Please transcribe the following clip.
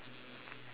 can lah